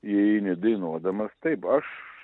įeini dainuodamas taip aš